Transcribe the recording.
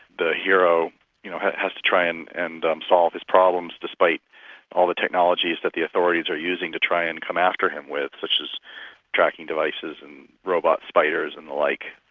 the hero you know has has to try and and um solve his problems despite all the technologies that the authorities are using to try and come after him with, such as tracking devices, and robot spiders and the like,